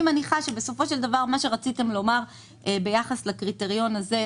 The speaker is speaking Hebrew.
אני מניחה שבסופו של דבר מה שרציתם לומר ביחס לקריטריון הזה,